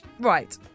right